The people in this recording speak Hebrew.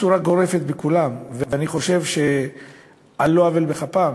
בצורה גורפת בכולם, אני חושב שעל לא עוול בכפם.